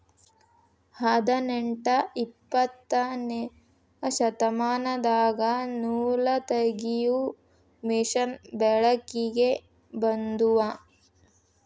ಹದನೆಂಟ ಇಪ್ಪತ್ತನೆ ಶತಮಾನದಾಗ ನೂಲತಗಿಯು ಮಿಷನ್ ಬೆಳಕಿಗೆ ಬಂದುವ